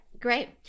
Great